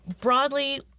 broadly